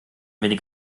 wenig